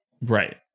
Right